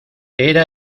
era